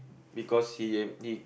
because he uh he